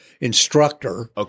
instructor